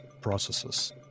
processes